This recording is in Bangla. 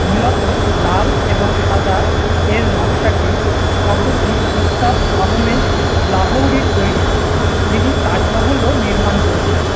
মূলত লাল এবং সাদা এর নকশাটি স্থপতি ওস্তাদ আহমেদ লাহৌরির তৈরি করা যিনি তাজমহলও নির্মাণ করেছিলেন